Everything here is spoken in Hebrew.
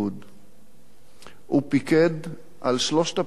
הוא פיקד על שלושת הפיקודים שיש בשב"כ,